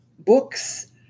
Books